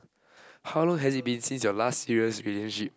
how long has it been since your last serious relationship